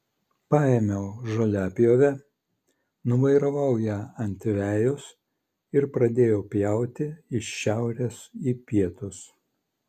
paėmiau žoliapjovę nuvairavau ją ant vejos ir pradėjau pjauti iš šiaurės į pietus